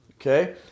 okay